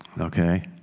okay